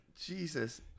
Jesus